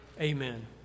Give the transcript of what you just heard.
Amen